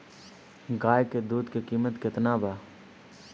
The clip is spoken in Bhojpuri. गाय के दूध के कीमत केतना बा?